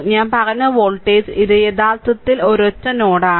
ഞാൻ പറഞ്ഞ വോൾട്ടേജ് ഇത് യഥാർത്ഥത്തിൽ ഒരൊറ്റ നോഡാണ്